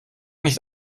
nicht